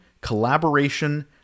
collaboration